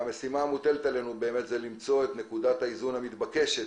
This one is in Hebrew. המשימה המוטלת עלינו היא למצוא את נקודת האיזון המתבקשת